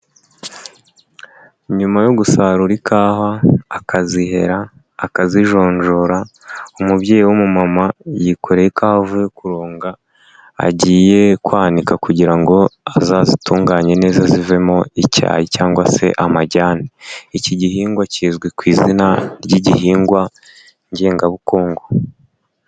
Nyuma yo gusarura ikawa akazihera, akazijonjora, umubyeyi w'umumama yikoreye ikawa avuye kuronga agiye kwanika kugira ngo azazitunganye neza zivemo icyayi cyangwa se amajyane, iki gihingwa kizwi ku izina ry'igihingwa ngengabukungu.